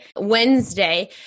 Wednesday